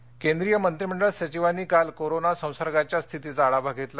corona केंद्रीय मंत्रीमंडळ सचिवांनी काल कोरोना संसर्गाच्या स्थितीचा आढावा घेतला